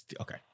okay